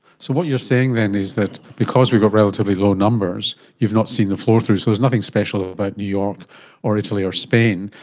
so what you're saying then is that because we've got relatively low numbers, you've not seen the flow through, so there's nothing special about new york or italy or spain,